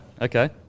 okay